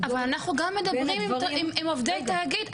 גדול בין הדברים --- אבל אנחנו גם מדברים עם עובדי תאגיד,